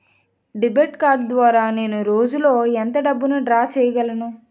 Debit card ద్వారా నేను రోజు లో ఎంత డబ్బును డ్రా చేయగలను?